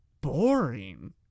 boring